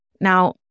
Now